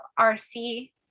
RC